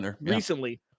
recently